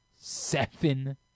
seven